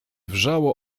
wrzało